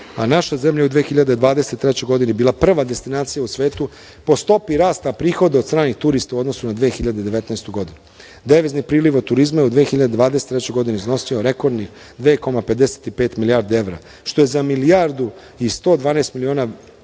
a naša zemlja je u 2023. godini bila prva destinacija u svetu po stopi rasta prihoda od stranih turista u odnosu na 2019. godinu. Devizni priliv od turizma je u 2023. godini iznosio rekordnih 2,25 milijardi evra, što je za milijardu i 112 miliona